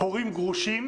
הורים גרושים,